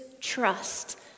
trust